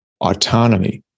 autonomy